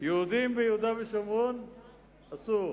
יהודים ביהודה ושומרון, אסור,